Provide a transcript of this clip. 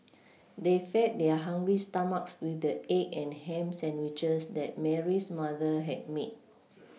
they fed their hungry stomachs with the egg and ham sandwiches that Mary's mother had made